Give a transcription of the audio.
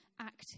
active